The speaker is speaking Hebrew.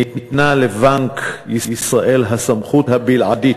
ניתנה לבנק ישראל הסמכות הבלעדית,